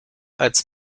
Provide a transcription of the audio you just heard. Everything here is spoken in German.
als